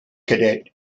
cadet